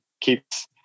keeps